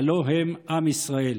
הלוא הם עם ישראל.